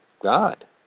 God